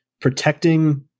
protecting